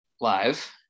live